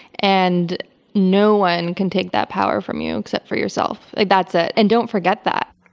and no one can take that power from you, except for yourself. like that's it, and don't forget that.